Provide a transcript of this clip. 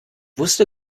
wusste